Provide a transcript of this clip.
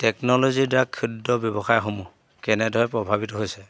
টেকন'লজিৰ দ্বাৰা ক্ষুদ্ৰ ব্যৱসায়সমূহ কেনেদৰে প্ৰভাৱিত হৈছে